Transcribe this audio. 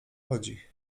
chodzi